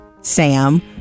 Sam